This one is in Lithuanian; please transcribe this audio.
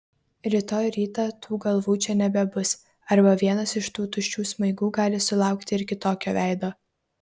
rytoj rytą tų galvų čia nebebus arba vienas iš tų tuščių smaigų gali sulaukti ir kitokio veido